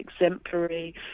exemplary